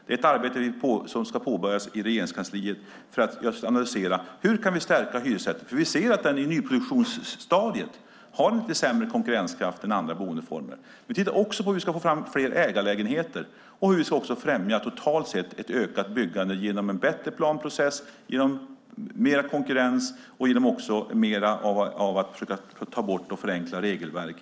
Det arbetet ska påbörjas i Regeringskansliet just för att analysera hur vi kan stärka hyresrätten. Vi ser nämligen att den i nyproduktionsstadiet har mycket sämre konkurrenskraft än andra boendeformer. Vi tittar också på hur vi ska få fram fler ägarlägenheter och hur vi, totalt sett, ska främja ett ökat byggande genom en bättre planprocess och mer konkurrens samt genom att försöka ta bort och förenkla regelverk.